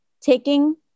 taking